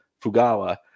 Fugawa